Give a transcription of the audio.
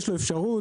יש אפשרות.